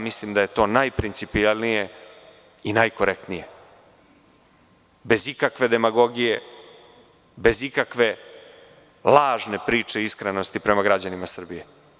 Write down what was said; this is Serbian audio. Mislim da je to najprincipijalnije i najkorektnije bez ikakve demagogije, lažne priče o iskrenosti prema građanima Srbije.